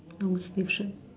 long sleeve shirt